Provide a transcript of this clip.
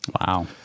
Wow